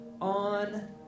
on